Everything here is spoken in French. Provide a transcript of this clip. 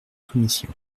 commission